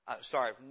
Sorry